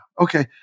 Okay